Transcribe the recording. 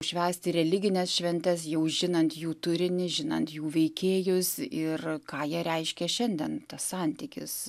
švęsti religines šventes jau žinant jų turinį žinant jų veikėjus ir ką jie reiškia šiandien santykis